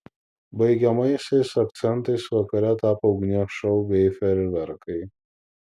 baigiamaisiais akcentais vakare tapo ugnies šou bei fejerverkai